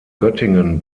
göttingen